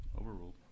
Overruled